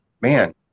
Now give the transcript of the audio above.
man